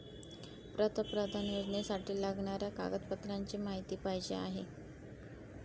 पंतप्रधान योजनेसाठी लागणाऱ्या कागदपत्रांची माहिती पाहिजे आहे